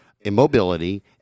immobility